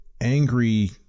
angry